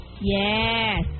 yes